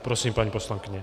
Prosím, paní poslankyně.